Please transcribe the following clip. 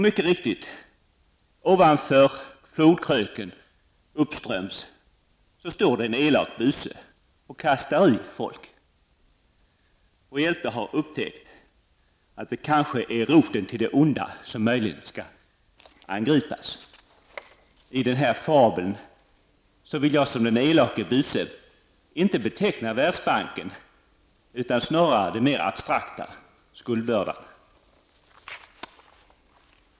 Mycket riktigt, ovanför flodkröken, uppströms, står en elak buse och kastar i folk. Vår hjälte har upptäckt att det kanske är roten till det onda som skall angripas. Jag vill inte beteckna Världsbanken som den elake busen i den här fabeln, utan det är snarare den abstrakta skuldbördan.